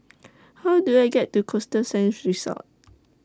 How Do I get to Costa Sands Resort